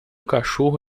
cachorro